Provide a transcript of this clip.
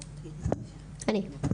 אני.